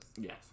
yes